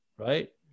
right